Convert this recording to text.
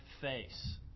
face